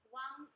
one